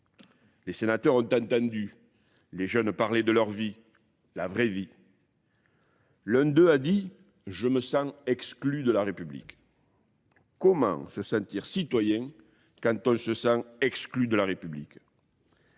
Les sénateurs ont entendu, les jeunes parlaient de leur vie, la vraie vie. L'un d'eux a dit « je me sens exclu de la République ». Comment se sentir citoyen quand on se sent exclu de la République ?